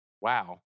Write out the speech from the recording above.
Wow